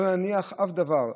לא להניח אף דבר.